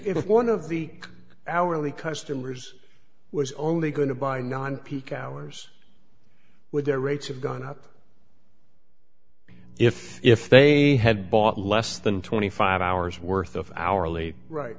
was one of the hourly customers was only going to buy non peak hours with their rates have gone up if if they had bought less than twenty five dollars hours worth of hourly right